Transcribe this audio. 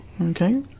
Okay